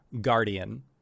Guardian